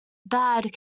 bad